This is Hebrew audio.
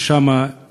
יש שם חרדים,